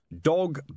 Dog